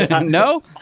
No